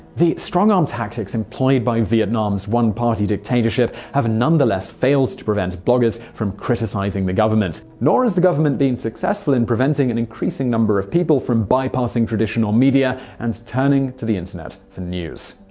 the strong-arm tactics employed by vietnam's one-party dictatorship have nonetheless failed to prevent bloggers from criticizing the government. nor has the government been successful in preventing an increasing number of people from bypassing traditional media and turning to the internet for news.